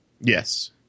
Yes